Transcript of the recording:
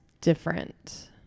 different